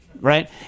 right